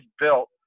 built